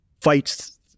fights